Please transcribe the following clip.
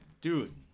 dude